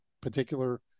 particular